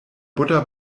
butter